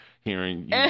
Hearing